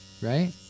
Right